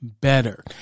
better